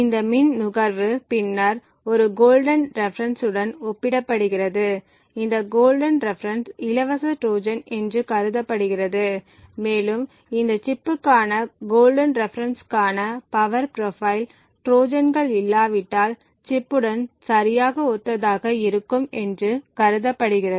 இந்த மின் நுகர்வு பின்னர் ஒரு கோல்டன் ரெப்பரன்ஸ் உடன் ஒப்பிடப்படுகிறது இந்த கோல்டன் ரெப்பரன்ஸ் இலவச ட்ரோஜான் என்று கருதப்படுகிறது மேலும் இந்த சிப்க்கான கோல்டன் ரெப்பரன்ஸ்கான பவர் ப்ரொபைல் ட்ரோஜான்கள் இல்லாவிட்டால் சிப் உடன் சரியாக ஒத்ததாக இருக்கும் என்று கருதப்படுகிறது